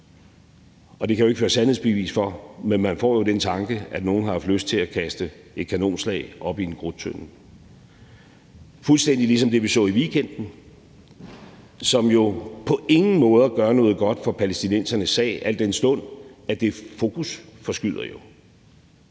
Det kan jeg jo ikke føre sandhedsbevis for, men man får jo den tanke, at nogle har haft lyst til at kaste et kanonslag op i en krudttønde – fuldstændig ligesom det, vi så i weekenden, som jo på ingen måder gør noget godt for palæstinensernes sag, al den stund at det jo fokusforskyder.